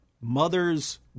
mother's